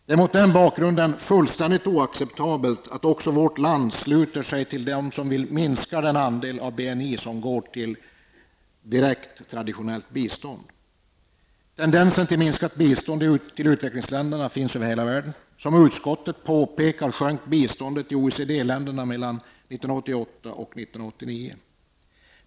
Det är mot denna bakgrund fullständigt oacceptabelt att också vårt land sluter sig till dem som vill minska den del av BNI som går till direkt traditionellt bistånd. Tendensen till minskat bistånd till utvecklingsländerna finns över hela världen. Som utskottet påpekar sjönk biståndet från OECD-länderna mellan 1988 och 1989.